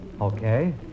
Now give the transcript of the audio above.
Okay